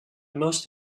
most